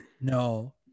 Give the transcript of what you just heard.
No